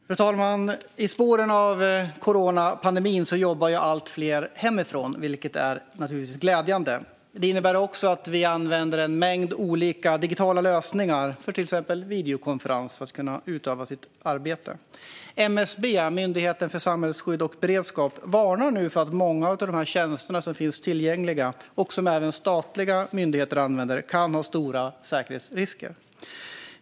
Fru talman! I spåren av coronapandemin jobbar allt fler hemifrån, vilket är glädjande. Det innebär att vi använder en mängd olika digitala lösningar för till exempel videokonferens för att kunna utföra vårt arbete. MSB, Myndigheten för samhällsskydd och beredskap, varnar nu för att många av de tjänster som finns tillgängliga och som även statliga myndigheter använder kan ha stora säkerhetsrisker.